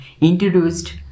introduced